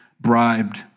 bribed